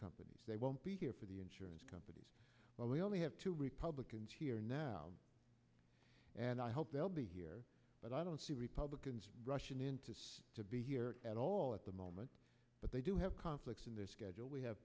companies they won't be here for the insurance companies but we only have two republicans here now and i hope they'll be here but i don't see republicans rushing into to be here at all at the moment but they do have conflicts in this schedule we have